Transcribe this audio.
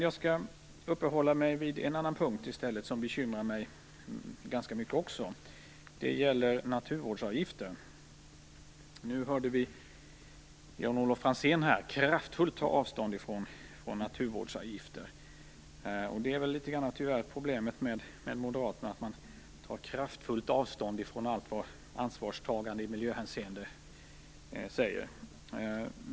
Jag skall uppehålla mig vid en annan punkt som också bekymrar mig ganska mycket. Det gäller naturvårdsavgiften. Nu hörde vi Jan-Olof Franzén kraftfullt ta avstånd från naturvårdsavgifter. Tyvärr är problemet med moderaterna att de tar kraftfullt avstånd från allt vad ansvarstagande i miljöhänseende heter.